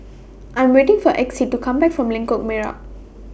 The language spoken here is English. I Am waiting For Exie to Come Back from Lengkok Merak